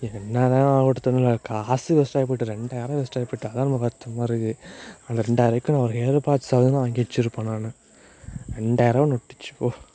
என்ன தான் ஒருத்தங்களோட காசு வேஸ்ட்டாக போயிட்டுது ரெண்டாயிரம் வேஸ்ட்டாக போயிட்டுது அதுதான் ரொம்ப வருத்தமாக இருக்குது அந்த ரெண்டாயருபாய்க்கு நான் ஒரு இயர் பாட்ஸாவது நான் வாங்கி வெச்சுருப்பேன் நான் ரெண்டாயருபா நொட்டிச்சி போ